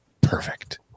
perfect